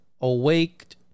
awaked